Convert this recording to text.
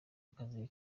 akazi